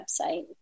website